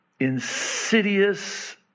insidious